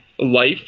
life